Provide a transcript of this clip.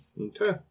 Okay